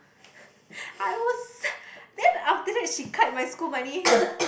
I was then after that she cut my school money